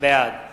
בעד